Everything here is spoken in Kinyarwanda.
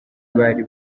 bari